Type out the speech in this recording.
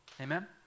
Amen